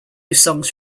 songs